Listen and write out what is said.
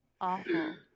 Awful